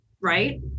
right